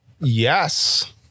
Yes